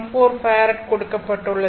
0014 farad கொடுக்கப்பட்டுள்ளது